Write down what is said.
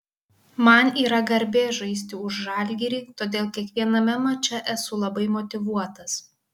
man yra garbė žaisti už žalgirį todėl kiekviename mače esu labai motyvuotas